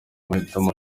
mahitamo